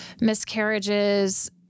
miscarriages